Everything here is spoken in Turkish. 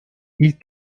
ilk